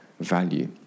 value